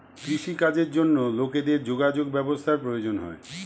কৃষি কাজের জন্য লোকেদের যোগাযোগ ব্যবস্থার প্রয়োজন হয়